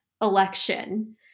election